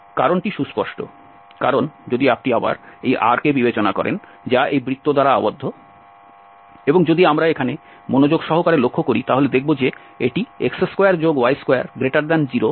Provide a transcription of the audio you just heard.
কারণটি সুস্পষ্ট কারণ যদি আপনি আবার এই R কে বিবেচনা করেন যা এই বৃত্ত দ্বারা আবদ্ধ এবং যদি আমরা এখানে মনোযোগ সহকারে লক্ষ্য করি তাহলে দেখব যে এটি x2y20 লেখা হয়েছে